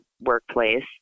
workplace